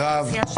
מרב.